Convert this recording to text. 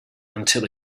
until